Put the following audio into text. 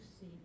see